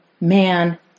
man